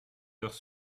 heures